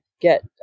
get